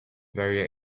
very